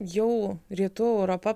jau rytų europa